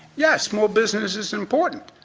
yeah, small business is important.